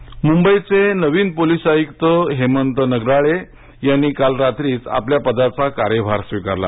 नागराळे मुंबईचे नवे पोलीस आयुक्त हेमंत नागराळे यांनी काल रात्रीच आपल्या पदाचा कार्यभार स्वीकारला